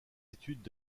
études